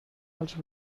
els